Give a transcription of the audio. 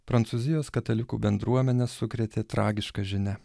prancūzijos katalikų bendruomenę sukrėtė tragiška žinia